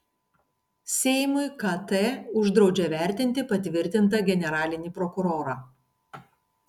seimui kt uždraudžia vertinti patvirtintą generalinį prokurorą